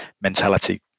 mentality